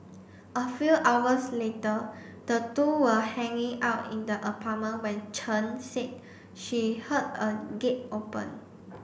a few hours later the two were hanging out in the apartment when Chen said she heard a gate open